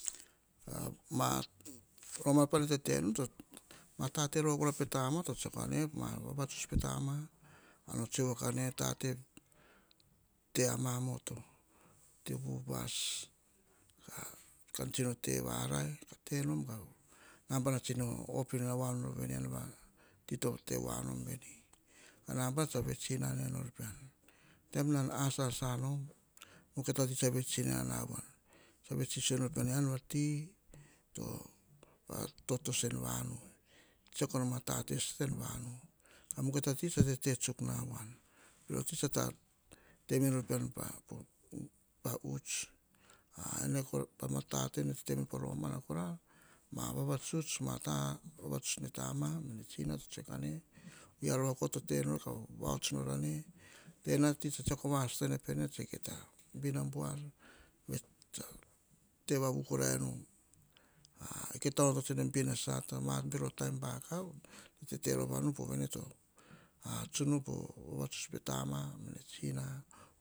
romana kora ne tete nu matate rova kora pe tama to tsiakoane ma vavatsuts pe tama, ana tsoe kane atate tea mamoto. Te upas, kan tsino op inana nor awan ka vets inana ei pian ean tsa vets sisio enor pean vati va mukai ta totoso en vanu. Patsa tse tsea konom atate sata en vanu mukai tati tsa vets inana wan bero ti tsa vets sisio enor pean a ti pa uts. Enekora pama tate ne tetenu. Pa romana ama vavatuts pe tama tsina tsa tsoe kane rova koria rova kora to tenor kah voats nor ane tena ti tsa tsiako vasata ene pene kene mukai ta te vanu koraenu i kai tah ti toh anotona a tsene bin a sata. Mukai to ono tsa tete vavu koraenu. Kita onoto nu pa bin asata. Mabelo on vakavu. Nene tete rovanu. Poh ne tsun rovanu poh vavatuts pe tama mene tsina.